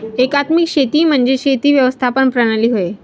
एकात्मिक शेती म्हणजे शेती व्यवस्थापन प्रणाली होय